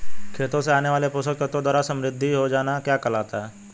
खेतों से आने वाले पोषक तत्वों द्वारा समृद्धि हो जाना क्या कहलाता है?